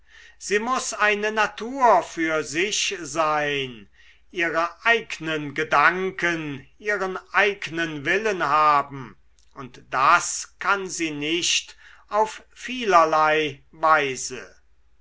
sie muß eine natur für sich sein ihre eignen gedanken ihren eignen willen haben und das kann sie nicht auf vielerlei weise